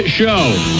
show